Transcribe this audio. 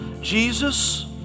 Jesus